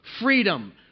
Freedom